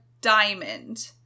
diamond